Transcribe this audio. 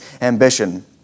ambition